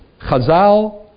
Chazal